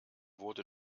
wurde